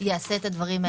יעשה את הדברים האלה.